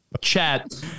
chat